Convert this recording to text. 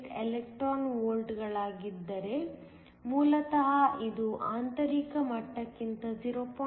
48 electron ವೋಲ್ಟ್ಗಳಾಗಿದ್ದರೆ ಮೂಲತಃ ಇದು ಆಂತರಿಕ ಮಟ್ಟಕ್ಕಿಂತ 0